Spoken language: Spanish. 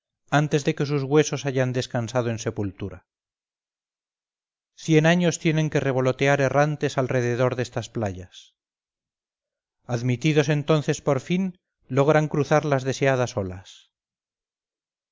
antes de que sus huesos hayan descansado en sepultura cien años tienen que revolotear errantes alrededor de estas playas admitidos entonces por fin logran cruzar las deseadas olas